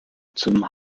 zum